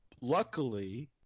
Luckily